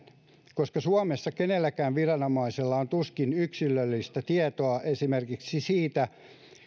koska suomessa kenelläkään viranomaisella on tuskin yksilöllistä tietoa esimerkiksi siitä